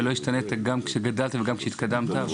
ולא השתנית גם כשגדלת וגם כשהתקדמת.